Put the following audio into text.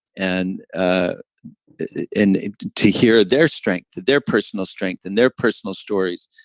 and ah and to hear their strength, their personal strength and their personal stories,